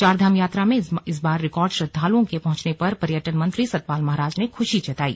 चारधाम यात्रा में इस बार रिकॉर्ड श्रद्वाल्ओं के पहुंचने पर पर्यटन मंत्री सतपाल महाराज ने खुशी जताई